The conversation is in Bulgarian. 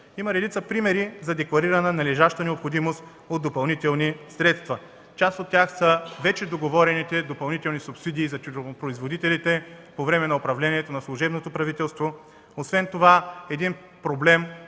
Има редица примери за декларирана належаща необходимост от допълнителни средства. Част от тях са вече договорените допълнителни субсидии за тютюнопроизводителите по време на управлението на служебното правителство. Освен това има